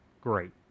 great